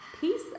Peace